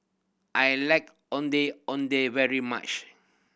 I like Ondeh Ondeh very much